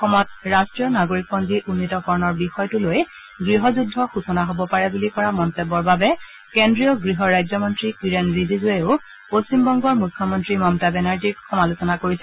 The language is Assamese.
অসমত ৰাষ্ট্ৰীয় নাগৰিকপঞ্জী উন্নীতকৰণৰ বিষয়টো লৈ গৃহযুদ্ধ সূচনা হব পাৰে বুলি কৰা মন্তব্যৰ বাবে কেন্দ্ৰীয় গৃহ ৰাজ্যমন্ত্ৰী কিৰেণ ৰিজিজুৱেও পশ্চিমবংগৰ মুখ্যমন্ত্ৰী মমতা বেনাৰ্জীক সমালোচনা কৰিছে